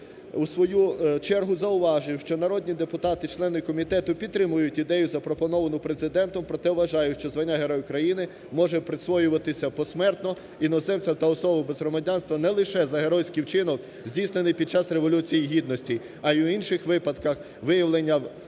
дій у свою чергу зауважив, що народні депутати члени комітету підтримують ідею, запропоновану Президентом, проте вважають, що звання Герой України може присвоюватися посмертно іноземцям та особам без громадянства не лише за геройський вчинок, здійснений під час Революції Гідності, а й у інших випадках виявлення виняткової